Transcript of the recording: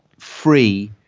free,